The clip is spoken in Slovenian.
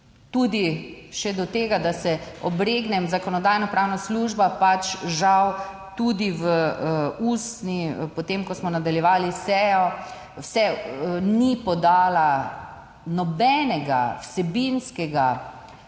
tudi še do tega, da se obregnem, Zakonodajno-pravna služba pač žal tudi v ustni, potem ko smo nadaljevali sejo, se ni podala nobenega vsebinskega